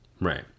Right